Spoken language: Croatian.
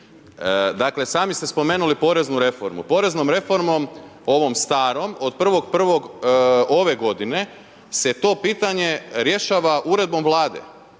Dakle, sami ste spomenuli poreznu reformu, poreznom reformom ovom starom, od 1.1. ove godine se to pitanje rješava uredbom Vlade.